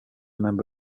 member